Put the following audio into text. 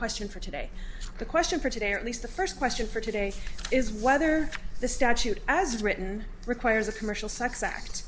question for today the question for today or at least the first question for today is whether the statute as written requires a commercial sex act